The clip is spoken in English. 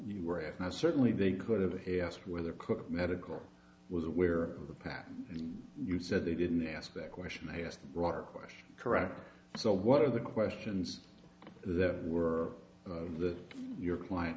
you were and i certainly they could have asked whether cook medical was aware of the pack and you said they didn't ask that question i asked the broader question correctly so what are the questions that were the your client